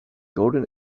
golden